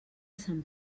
sant